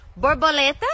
Borboleta